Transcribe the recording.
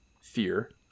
fear